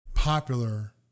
Popular